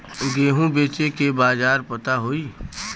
गेहूँ बेचे के बाजार पता होई?